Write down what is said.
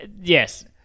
yes